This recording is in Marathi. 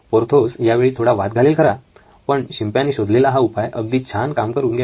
पोर्थोस यावेळी थोडा वाद घालेल खरा पण शिंप्याने शोधलेला हा उपाय अगदी छान काम करून गेला